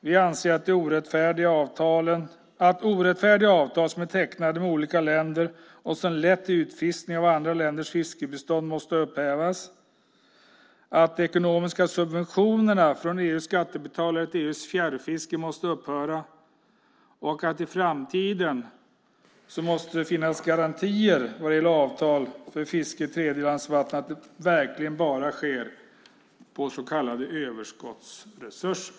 Vi anser att de orättfärdiga avtal som är tecknade med olika länder och som lett till utfiskning av andra länders fiskebestånd måste upphävas, att de ekonomiska subventionerna från EU:s skattebetalare till EU:s fjärrfiske måste upphöra och att det i framtiden måste finnas garantier för att fisket i tredjeländers vatten bara får ske på verkliga överskottsresurser.